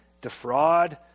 defraud